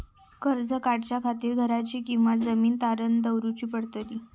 कर्ज काढच्या खातीर घराची किंवा जमीन तारण दवरूची पडतली?